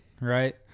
right